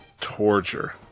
torture